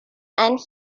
and